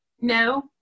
No